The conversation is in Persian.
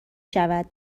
شود